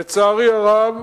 לצערי הרב